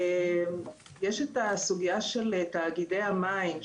יש את הסוגיה של תאגידי המים,